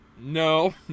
no